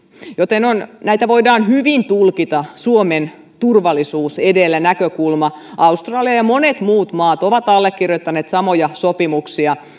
joten näitä voidaan hyvin tulkita suomen turvallisuus edellä näkökulmasta australia ja ja monet muut maat ovat allekirjoittaneet samoja sopimuksia